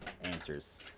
answers